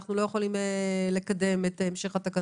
אנחנו לא יכולים לקדם את המשך התקנות.